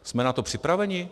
Jsme na to připraveni?